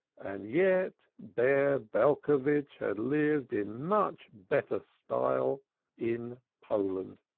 and yet bear belcovitch had lived in much better style in poland,